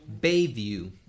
Bayview